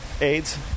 AIDS